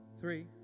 Three